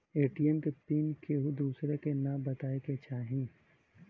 ATM के PIN केहू दुसरे के न बताए के चाही